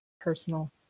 personal